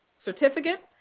certificate,